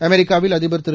அமெரிக்காவில் அதிபர் திரு